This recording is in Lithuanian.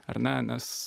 ar ne nes